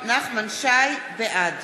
בעד